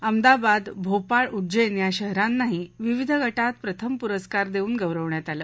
अहमदाबाद भोपाळ उज्जैन या शहरांनाही विविध गटात प्रथम पुरस्कार देऊन गौरवण्यात आलं